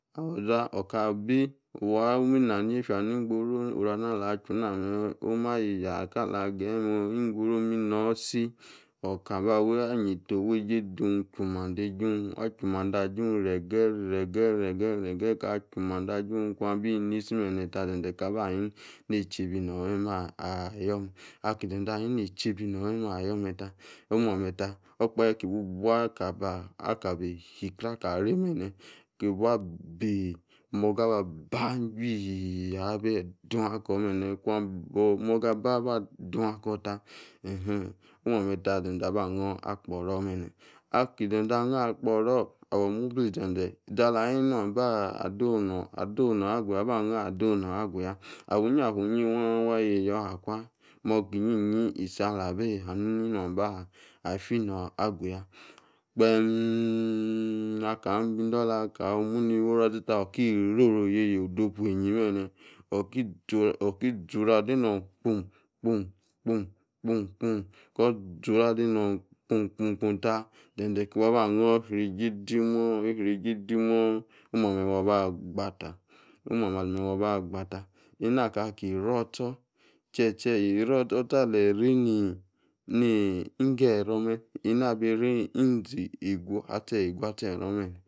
gboru oro ana ala chu name̱ oma ya kala keyi me, gboru ino̱si otaba yeta oweje dum chu mande jun re̱ge̱ re̱ge̱ re̱ge̱ re̱ge̱ aka chu mande ajun kwa binisi memeta, zeze ta ba aha ni echebi no̱me̱me̱ aki inze̱ze̱ ahani nechibi na yometa, omuameta okpahe ibu aka bi higre ti bu abi moga abahim, chii ko bene. Akun aba dun ako̱ ta omu ame̱ta ze̱ze̱ taba anyo agbo̱ro̱ be̱ne̱. Akizeze anyo agboro. Awo muble zeze zi ala ha nu badowu nongi aba anyo̱ adowa nonyuga. Afuafuyi waa wa yeyao akwa. Moga inyi isi aba fi no aguya. Gban aka bin indola ko̱ muni buo̱ ache̱, ako muni ibuo acheta, oki iri ovu oyeye, otizi oru ade nong gbu gbu gbu gbu, ako zi oru ade nong gbu gbugbu ta. Zeze ki bu aba ayon isrie eje demo̱ isrie eje demo̱ omu ame waba gbata. Ena ka ki eri ocho̱, ocho̱ aleyi iri ni ingo ero me̱, ena abi isrie uzi egu achi ero me̱.